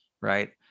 right